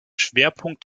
schwerpunkt